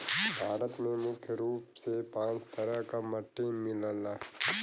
भारत में मुख्य रूप से पांच तरह क मट्टी मिलला